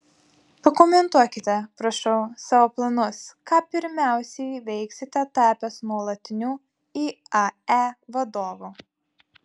pakomentuokite prašau savo planus ką pirmiausia veiksite tapęs nuolatiniu iae vadovu